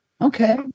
Okay